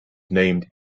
named